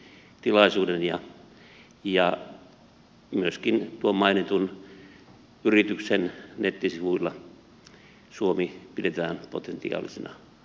myöskin tuon mainitun yrityksen nettisivuilla suomea pidetään potentiaalisena hankkijana